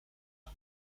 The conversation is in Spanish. mar